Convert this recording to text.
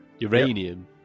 Uranium